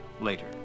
later